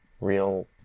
real